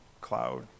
cloud